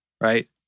right